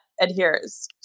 adheres